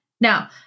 Now